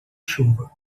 chuva